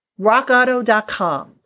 rockauto.com